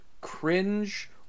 cringe